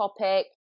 topic